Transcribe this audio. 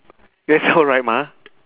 that's alright mah